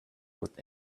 with